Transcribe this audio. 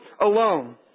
alone